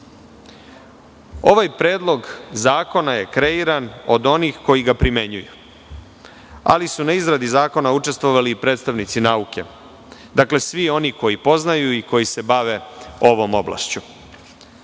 predlog zakona je kreiran od onih koji ga primenjuju, ali su na izradi zakona učestvovali i predstavnici nauke. Dakle, svi oni koji poznaju i koji se bave ovom oblašću.